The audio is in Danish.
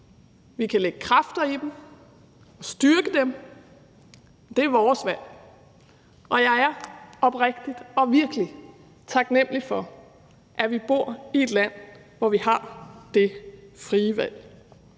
Vi kan lægge kræfter i dem og styrke dem, men det er vores valg, og jeg er oprigtigt og virkelig taknemlig for, at vi bor i et land, hvor vi har det frie valg.